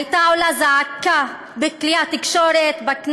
הייתה עולה זעקה בכלי התקשורת, בכנסת,